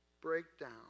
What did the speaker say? breakdown